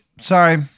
Sorry